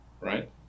Right